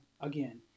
again